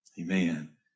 amen